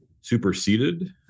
superseded